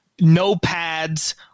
no-pads –